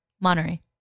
Monterey